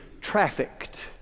trafficked